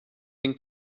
den